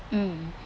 mm